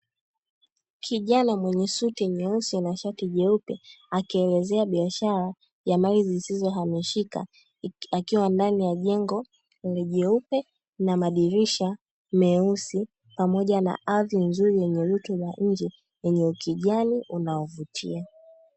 Kijana mwenye suti nyeusi na shati jeupe akielezea biashara ya mali zisizohamishika, akiwa ndani ya jengo jeupe na madirisha meusi pamoja na ardhi nzuri yenye rutuba nje yenye ukijani unaovutia.